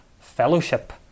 fellowship